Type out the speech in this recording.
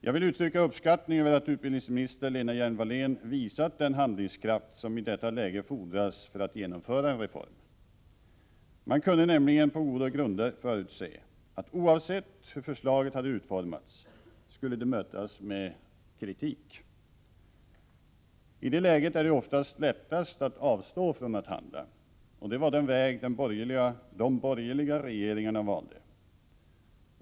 Jag vill uttrycka uppskattning över att utbildningsminister Lena Hjelm Wallén visat den handlingskraft som i detta läge fordras för att genomföra en reform. Man kunde nämligen på goda grunder förutse, att oavsett hur förslaget hade utformats skulle det mötas med kritik. I det läget är det oftast lättast att avstå från att handla. Det var den väg de borgerliga regeringarna valde.